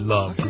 Love